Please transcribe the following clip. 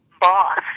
boss